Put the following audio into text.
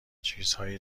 چیزهای